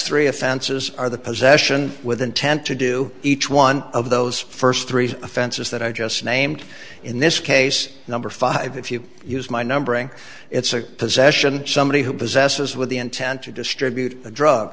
three offenses are the possession with intent to do each one of those first three offenses that are just named in this case number five if you use my numbering it's a possession somebody who possesses with the intent to distribute a drug